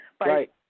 Right